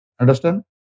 Understand